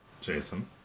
Jason